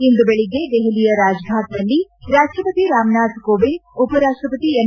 ಇಂದು ಬೆಳಗ್ಗೆ ದೆಹಲಿಯ ರಾಜ್ಫಾಟ್ನಲ್ಲಿ ರಾಷ್ಟ್ರಪತಿ ರಾಮನಾಥ್ ಕೋವಿಂದ್ ಉಪರಾಷ್ಟ್ರಪತಿ ಎಂ